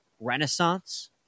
renaissance